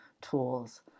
tools